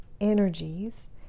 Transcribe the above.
energies